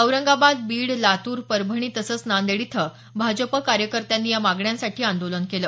औरंगाबाद बीड लातूर परभणी तसंच नांदेड इथं भाजप कार्यकर्त्यांनी या मागण्यांसाठी आंदोलन केलं